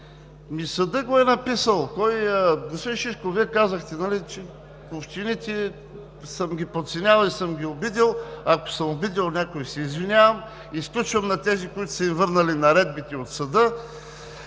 съдът го е написал. Господин Шишков, Вие казахте, че общините съм ги подценявал и съм ги обидил. Ако съм обидил някой, се извинявам. Изключвам тези, на които са им върнали наредбите от съда,